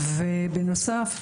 ובנוסף,